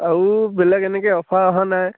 আৰু বেলেগ এনেকৈ অফাৰ অহা নাই